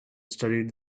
studied